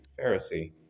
Pharisee